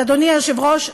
אז אדוני היושב-ראש,